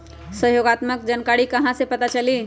सहयोगात्मक जानकारी कहा से पता चली?